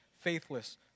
faithless